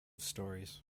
stories